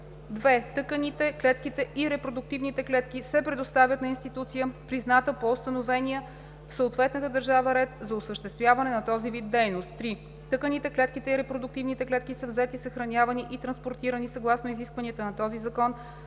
2. тъканите, клетките и репродуктивните клетки се предоставят на институция, призната по установения в съответната държава ред за осъществяване на този вид дейност; 3. тъканите, клетките и репродуктивните клетки са взети, съхранявани и транспортирани съгласно изискванията на този закон